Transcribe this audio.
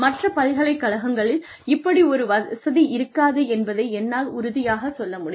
மற்ற பல்கலைக்கழகங்களில் இப்படி ஒரு வசதி இருக்காது என்பதை என்னால் உறுதியாகச் சொல்ல முடியும்